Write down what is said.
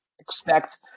expect